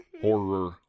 Horror